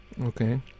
okay